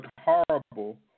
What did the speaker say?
horrible